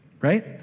right